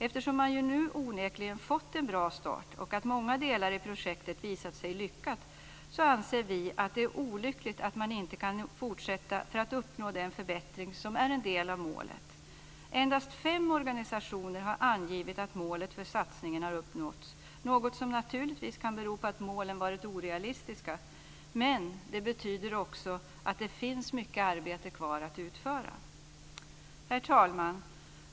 Eftersom man ju nu onekligen har fått en bra start, och många delar i projektet har visat sig lyckade, så anser vi att det är olyckligt att man inte kan fortsätta för att uppnå den förbättring som är en del av målet. Endast fem organisationer har angett att målet för satsningen har uppnåtts, något som naturligtvis kan bero på att målen varit orealistiska. Men det betyder också att det finns mycket arbete kvar att utföra. Herr talman!